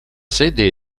sede